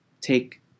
take